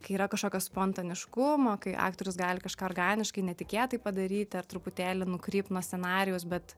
kai yra kažkokio spontaniškumo kai aktorius gali kažką organiškai netikėtai padaryti ar truputėlį nukrypt nuo scenarijaus bet